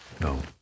no